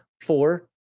four